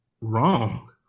wrong